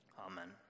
Amen